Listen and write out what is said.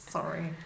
Sorry